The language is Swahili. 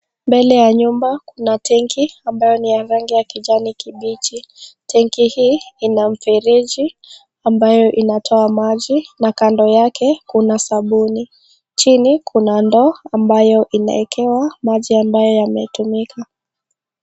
Mbele ya nyumba kuna tenki ambayo ni ya rangi ya kijani kibichi. Tenki hii ina mfereji ambayo inatoa maji na kando yake kuna sabuni. Chini kuna ndoo ambayo inawekewa maji ambayo yametumika.